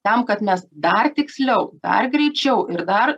tam kad mes dar tiksliau dar greičiau ir dar